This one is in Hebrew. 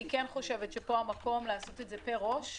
אני חושבת שפה המקום לעשות את זה פר ראש.